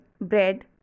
bread